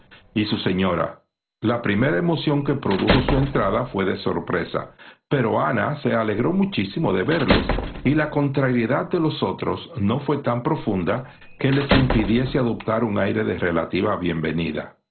y su señora la primera emoción que produjo su entrada fué de sorpresa pero ana se alegró muchísimo de verlos y la contrariedad de los otros no fué tan profunda que les impidiese adoptar un aire de relativa bienvenida